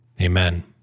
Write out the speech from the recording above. Amen